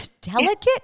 delicate